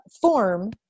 form